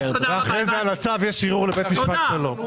ואחרי זה על הצו יש ערעור לבית משפט שלום.